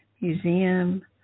Museum